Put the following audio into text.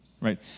right